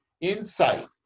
insight